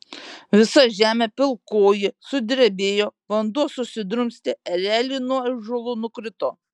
visa žemė pilkoji sudrebėjo vanduo susidrumstė ereliai nuo ąžuolų nukrito